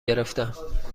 گرفتم